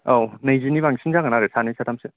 औ नैजिनि बांसिन जागोन आरो सानै साथामसो